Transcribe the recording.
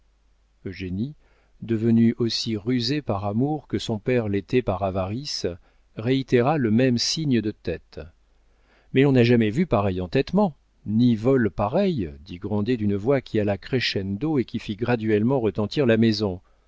hein eugénie devenue aussi rusée par amour que son père l'était par avarice réitéra le même signe de tête mais on n'a jamais vu pareil entêtement ni vol pareil dit grandet d'une voix qui alla crescendo et qui fit graduellement retentir la maison